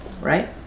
Right